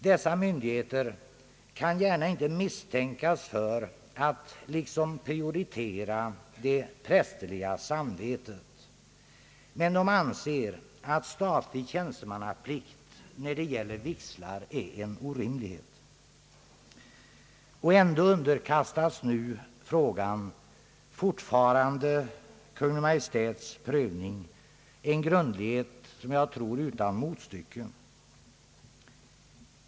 Dessa myndigheter kan inte gärna misstänkas för att prioritera det prästerliga samvetet, men de anser att statlig tjänstemannaplikt när det gäller vigslar är en orimlighet, och ändå underkastas frågan fortfarande Kungl. Maj:ts prövning — en grundlighet — som jag tror — utan motstycke.